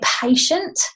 patient